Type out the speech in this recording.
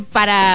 para